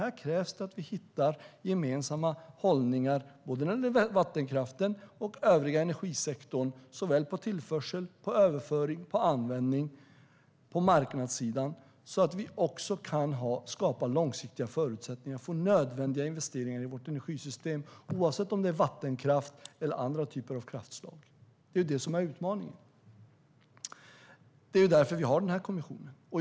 Här krävs det att vi hittar gemensamma hållningar både när det gäller vattenkraften och när det gäller övriga energisektorn, i fråga om såväl tillförsel som överföring och användning samt på marknadssidan, så att vi kan skapa långsiktiga förutsättningar för nödvändiga investeringar i vårt energisystem, oavsett om det är vattenkraft eller andra typer av kraftslag. Det är detta som är utmaningen. Det är därför vi har kommissionen.